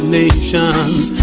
nations